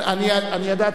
אני ידעתי.